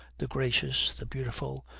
the gracious, the beautiful,